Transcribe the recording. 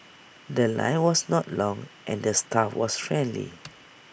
The Line was not long and the staff was friendly